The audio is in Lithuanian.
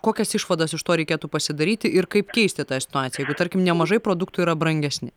kokias išvadas iš to reikėtų pasidaryti ir kaip keisti tą situaciją jeigu tarkim nemažai produktų yra brangesni